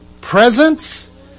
Presence